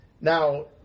now